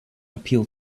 appeal